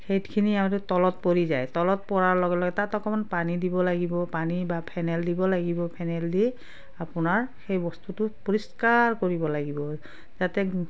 সেইখিনি তলত পৰি যায় তলত পৰাৰ লগে লগে তাত অকণমান পানী দিব লাগিব পানী বা ফেনাইল দিব লাগিব ফেনাইল দি আপোনাৰ সেই বস্তুটো পৰিষ্কাৰ কৰিব লাগিব যাতে